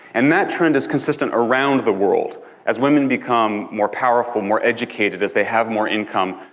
and that trend is consistent around the world as women become more powerful, more educated, as they have more income.